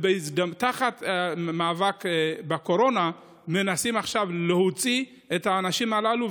תחת המאבק בקורונה מנסים עכשיו להוציא את האנשים הללו.